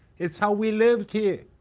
it's how we lived here.